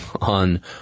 on